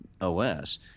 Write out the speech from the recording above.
OS